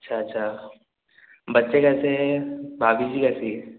अच्छा अच्छा बच्चे कैसे हैं और भाभी जी कैसी हैं